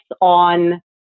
on